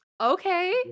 okay